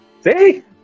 See